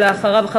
ואחריו,